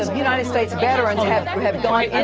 and united states veterans have gone and